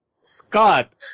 Scott